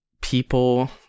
people